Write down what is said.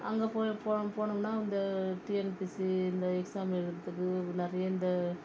அங்கே போய் போன போனமுன்னால் அந்த டிஎன்பிசி இந்த எக்ஸாம் எழுதறது நிறைய இந்த